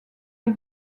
des